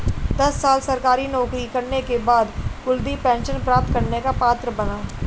दस साल सरकारी नौकरी करने के बाद कुलदीप पेंशन प्राप्त करने का पात्र बना